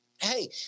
Hey